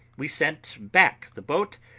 we sent back the boat,